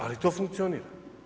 Ali to funkcionira.